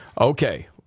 Okay